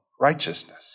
righteousness